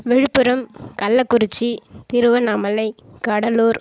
Villupuram Kallakurichi Tiruvannamalai Cuddalore